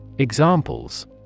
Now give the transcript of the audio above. Examples